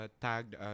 tagged